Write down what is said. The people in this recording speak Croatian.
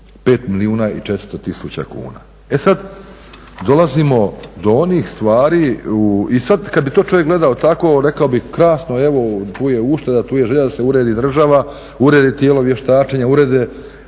5 milijuna i 400 tisuća kuna. E sada dolazimo do onih stvari, i sada kada bi to čovjek gledao tako, rekao bi krasno evo tu je ušteda, tu je želja da se uredi država, uredi tijelo vještačenja, uredi